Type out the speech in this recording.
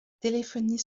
téléphonie